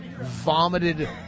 vomited